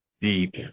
deep